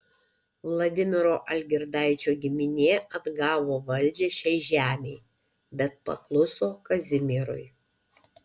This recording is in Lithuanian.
vladimiro algirdaičio giminė atgavo valdžią šiai žemei bet pakluso kazimierui